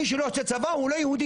מי שלא עשה צבא, הוא לא-יהודי.